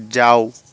যাও